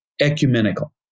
ecumenical